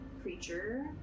Creature